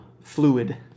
fluid